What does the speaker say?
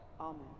Amen